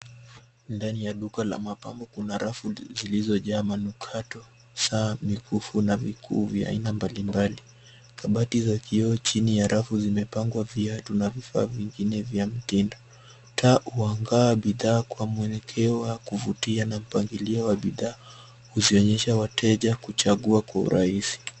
Ndani ya duka la mapambo kuna rafu zilizojaa manukato, saa, mikufu na mikuu ya aina mbalimbali. Kabati za kioo chini ya rafu zimepangwa viatu na vifaa vingine vya mtindo. Taa huang'aa bidhaa kwa mwelekeo wa kuvutia na mpangilio wa bidhaa kuzionyesha wateja kuchagua rahisi.